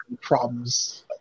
problems